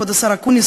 כבוד השר אקוניס,